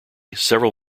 several